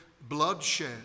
bloodshed